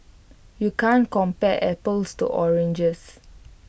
you can't compare apples to oranges